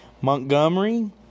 Montgomery